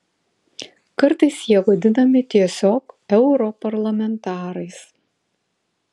kartais jie vadinami tiesiog europarlamentarais